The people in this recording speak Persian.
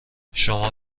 شما